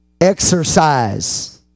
Exercise